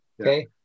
okay